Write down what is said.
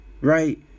Right